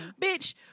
Bitch